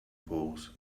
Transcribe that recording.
polls